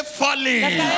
falling